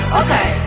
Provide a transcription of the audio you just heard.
okay